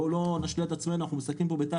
בואו לא נשלה את עצמנו, אנחנו מתעסקים פה בטקטיקה.